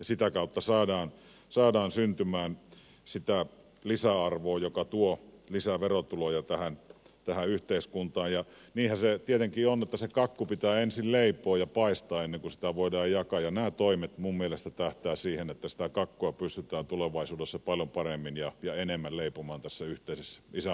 sitä kautta saadaan syntymään sitä lisäarvoa joka tuo lisää verotuloja tähän yhteiskuntaan ja niinhän se tietenkin on että se kakku pitää ensin leipoa ja paistaa ennen kuin sitä voidaan jakaa ja nämä toimet minun mielestäni tähtäävät siihen että sitä kakkua pystytään tulevaisuudessa paljon paremmin ja enemmän leipomaan tässä yhteisessä isänmaassa